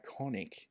iconic